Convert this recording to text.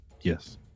Yes